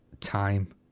time